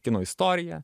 kino istoriją